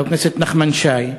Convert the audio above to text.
חבר הכנסת נחמן שי,